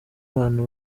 abantu